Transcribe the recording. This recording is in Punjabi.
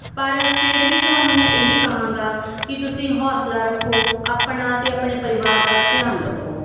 ਪਰ ਫੇਰ ਵੀ ਤੁਹਾਨੂੰ ਮੈਂ ਇਹੀ ਕਹਾਂਗਾ ਕਿ ਤੁਸੀਂ ਹੌਸਲਾ ਰੱਖੋ ਆਪਣਾ ਤੇ ਆਪਣੇ ਪਰਿਵਾਰ ਦਾ ਧਿਆਨ ਰੱਖੋ